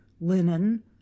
linen